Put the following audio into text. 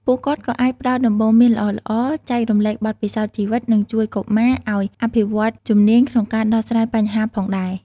ពួកគាត់ក៏អាចផ្តល់ដំបូន្មានល្អៗ ចែករំលែកបទពិសោធន៍ជីវិត និងជួយកុមារឱ្យអភិវឌ្ឍជំនាញក្នុងការដោះស្រាយបញ្ហាផងដែរ។